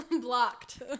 Blocked